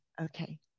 okay